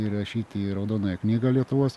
įrašyti į raudonąją knygą lietuvos